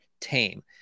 tame